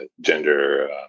gender